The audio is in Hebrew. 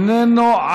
איננו,